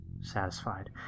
satisfied